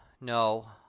no